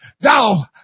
thou